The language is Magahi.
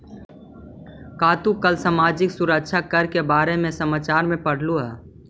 का तू कल सामाजिक सुरक्षा कर के बारे में समाचार में पढ़लू हल